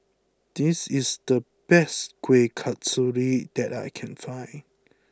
this is the best Kueh Kasturi that I can find